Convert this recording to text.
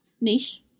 Niche